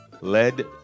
Led